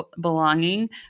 belonging